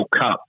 Cup